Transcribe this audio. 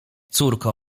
córko